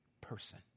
person